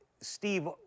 Steve